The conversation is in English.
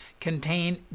contain